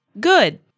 good